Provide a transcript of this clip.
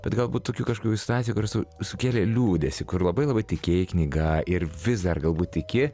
bet galbūt tokių kažkokių situacijų kur su sukėlė liūdesį kur labai labai tikėjai knyga ir vis dar galbūt tiki